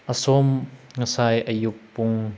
ꯁꯣꯝ ꯉꯁꯥꯏ ꯑꯌꯨꯛ ꯄꯨꯡ